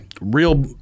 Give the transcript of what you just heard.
real